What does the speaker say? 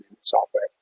software